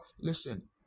listen